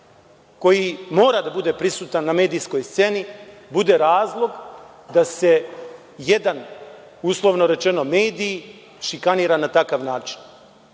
koji mora da bude prisutan na medijskoj sceni, bude razlog da se jedan uslovno rečeno mediji šikaniraju, na takav način.